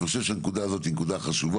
אבל אני חושב שהנקודה הזאת היא נקודה חשובה.